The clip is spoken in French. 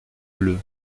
bleus